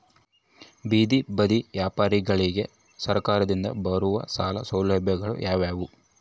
ಬೇದಿ ಬದಿ ವ್ಯಾಪಾರಗಳಿಗೆ ಸರಕಾರದಿಂದ ಬರುವ ಸಾಲ ಸೌಲಭ್ಯಗಳು ಯಾವುವು?